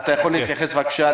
בבקשה,